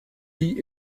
lit